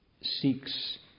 seeks